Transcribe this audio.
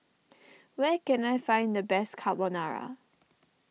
where can I find the best Carbonara